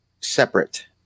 separate